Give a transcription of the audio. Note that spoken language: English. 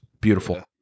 Beautiful